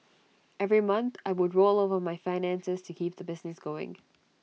every month I would roll over my finances to keep the business going